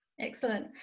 Excellent